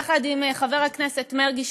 יחד עם חבר הכנסת מרגי,